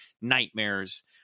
nightmares